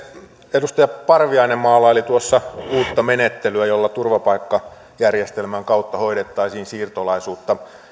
edustaja parviainen maalaili tuossa uutta menettelyä jolla turvapaikkajärjestelmän kautta hoidettaisiin siirtolaisuutta